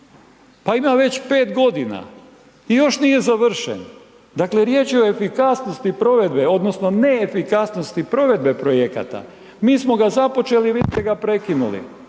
Pa ima već 5 godina i još nije završen. Dakle, riječ je o efikasnosti provedbe, odnosno neefikasnosti provedbe projekata. Mi smo ga započeli, vidite ga, prekinuli.